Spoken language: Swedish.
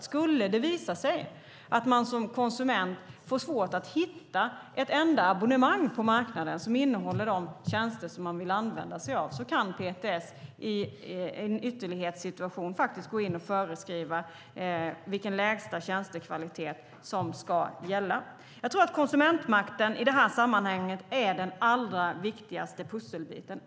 Skulle det visa sig att man som konsument får svårt att hitta ett enda abonnemang på marknaden som innehåller de tjänster man vill använda sig av kan PTS i en ytterlighetssituation gå in och föreskriva vilken lägsta tjänstekvalitet som ska gälla. Jag tror att konsumentmakten i detta sammanhang är den allra viktigaste pusselbiten.